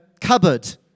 cupboard